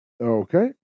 Okay